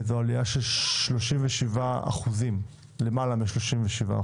מה שמהווה עלייה של למעלה מ-37 אחוזים.